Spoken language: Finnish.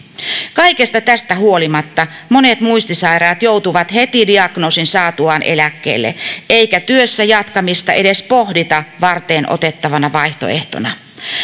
kaikesta tästä huolimatta monet muistisairaat joutuvat heti diagnoosin saatuaan eläkkeelle eikä työssä jatkamista edes pohdita varteenotettavana vaihtoehtona